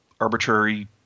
arbitrary